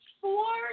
four